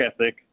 ethic